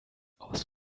aus